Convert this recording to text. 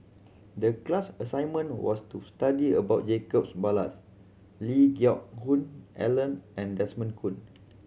the class assignment was to study about Jacobs Ballas Lee Geck Hoon Ellen and Desmond Kon